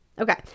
Okay